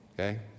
okay